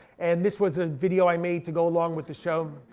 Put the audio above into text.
and this was a video i made to go along with the show.